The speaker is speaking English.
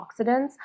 antioxidants